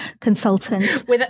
consultant